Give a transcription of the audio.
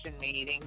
meeting